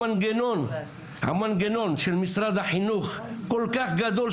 המנגנון של משרד החינוך כל כך גדול,